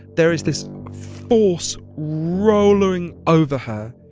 there is this force rolling over her,